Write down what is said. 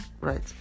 right